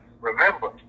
Remember